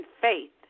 faith